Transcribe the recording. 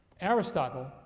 Aristotle